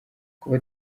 kuba